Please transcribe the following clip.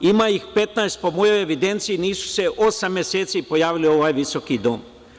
Ima ih 15 po mojoj evidenciji, nisu se osam meseci pojavili u ovaj visoki dom.